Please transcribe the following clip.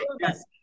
Yes